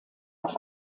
auf